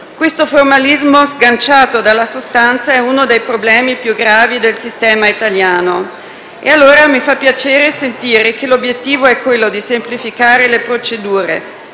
Questo formalismo, sganciato dalla sostanza, è uno dei problemi più gravi del sistema italiano. Mi fa piacere, allora, sentire che l'obiettivo è semplificare le procedure.